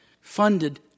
funded